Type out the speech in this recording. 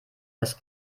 das